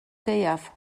gaeaf